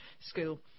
school